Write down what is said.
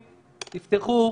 תפתחו,